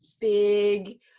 big